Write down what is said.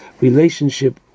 relationship